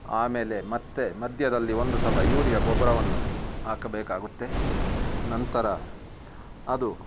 ಆಮೇಲೆ ಮತ್ತು ಮಧ್ಯದಲ್ಲಿ ಒಂದು ಸಲ ಯೂರಿಯ ಗೊಬ್ಬರವನ್ನು ಹಾಕಬೇಕಾಗುತ್ತೆ ನಂತರ ಅದು